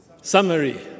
summary